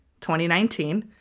2019